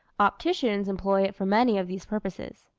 opticians employ it for many of these purposes.